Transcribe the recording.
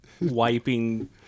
wiping